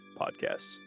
podcasts